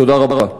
תודה רבה.